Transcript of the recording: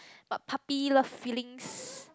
but puppy love feelings